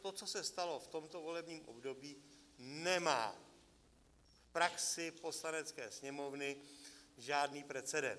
To, co se stalo v tomto volebním období, nemá v praxi Poslanecké sněmovny žádný precedens.